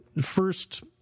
First